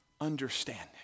understanding